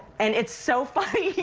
and it's so funny.